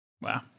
Wow